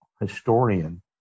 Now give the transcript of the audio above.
historian